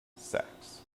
sacks